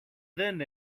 δεν